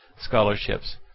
scholarships